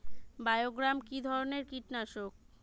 বায়োগ্রামা কিধরনের কীটনাশক?